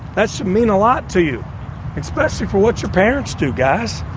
that's to mean a lot to you especially for what your parents two guys.